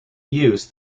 use